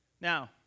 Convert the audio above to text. Now